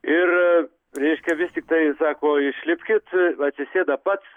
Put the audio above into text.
ir reiškia vis tiktai sako išlipkit atsisėda pats